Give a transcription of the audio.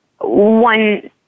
one